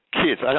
kids